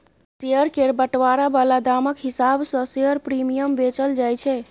share केर बंटवारा बला दामक हिसाब सँ शेयर प्रीमियम बेचल जाय छै